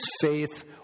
faith